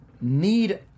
need